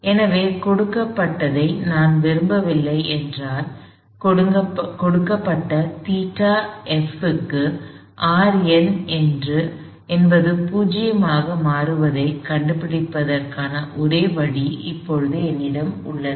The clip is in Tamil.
எனவே கொடுக்கப்பட்டதை நான் விரும்பவில்லை என்றால் கொடுக்கப்பட்ட ϴf க்கு Rn என்பது 0 ஆக மாறுவதைக் கண்டுபிடிப்பதற்கான ஒரு வழி இப்போது என்னிடம் உள்ளது